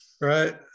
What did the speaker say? Right